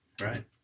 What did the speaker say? Right